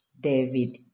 David